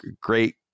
great